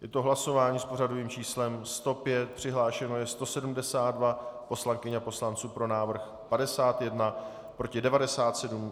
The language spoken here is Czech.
Je to hlasování s pořadovým číslem 105, přihlášeno je 172 poslankyň a poslanců, pro návrh 51, proti 97.